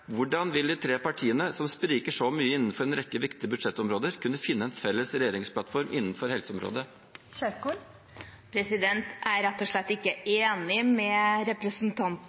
Hvordan vil de tre partiene som spriker så mye innenfor en rekke viktige budsjettområder, kunne finne en felles regjeringsplattform innenfor helseområdet? Jeg er rett og slett ikke enig med representanten